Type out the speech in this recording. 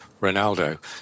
Ronaldo